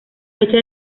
fecha